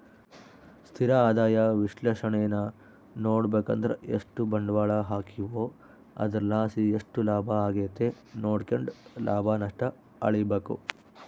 ಸ್ಥಿರ ಆದಾಯ ವಿಶ್ಲೇಷಣೇನಾ ನೋಡುಬಕಂದ್ರ ಎಷ್ಟು ಬಂಡ್ವಾಳ ಹಾಕೀವೋ ಅದರ್ಲಾಸಿ ಎಷ್ಟು ಲಾಭ ಆಗೆತೆ ನೋಡ್ಕೆಂಡು ಲಾಭ ನಷ್ಟ ಅಳಿಬಕು